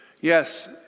Yes